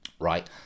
right